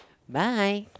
bye